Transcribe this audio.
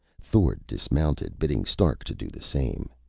thord dismounted, bidding stark to do the same.